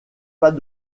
pas